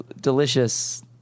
Delicious